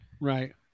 Right